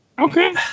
Okay